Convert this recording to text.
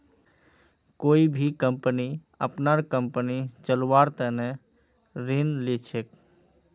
कोई भी कम्पनी अपनार कम्पनी चलव्वार तने ऋण ली छेक